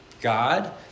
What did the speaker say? God